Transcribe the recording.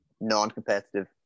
non-competitive